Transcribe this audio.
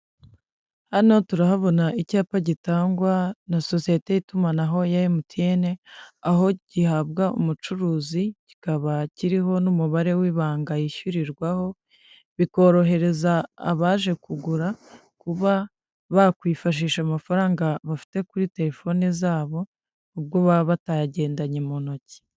Hano turahabona icyapa gitangwa na sosiyete y'itumanaho ya MTN, aho gihabwa umucuruzi kikaba kiriho n'umubare w'ibanga yishyurirwaho bikorohereza abaje kugura kuba bakwifashisha amafaranga bafite kuri telefoni zabo, ubwo baba batayagendanye mu ntoki.